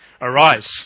Arise